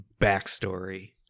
backstory